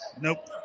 Nope